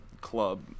club